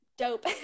Dope